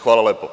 Hvala.